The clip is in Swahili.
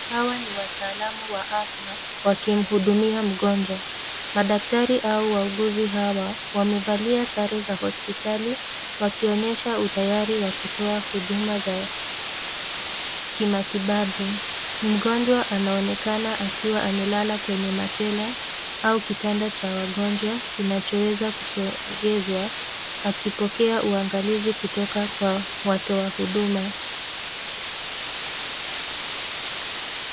Hawa ni wataalamu wa afya wakimhudumia mgonjwa. Madaktari au wauguzi hawa wamevalia sare za hospitali wakionyesha utayari wa kutoa huduma za kimatibabu. Mgonjwa anaonekana akiwa amelala kwenye machela au kitanda cha wagonjwa inachoweza kusogezwa akipokea uangalizi kutoka kwa watoa huduma.